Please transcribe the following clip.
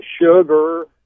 sugar